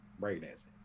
breakdancing